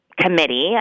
committee